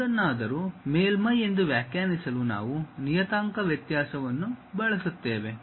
ಯಾವುದನ್ನಾದರೂ ಮೇಲ್ಮೈ ಎಂದು ವ್ಯಾಖ್ಯಾನಿಸಲು ನಾವು ನಿಯತಾಂಕ ವ್ಯತ್ಯಾಸವನ್ನು ಬಳಸುತ್ತೇವೆ